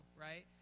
right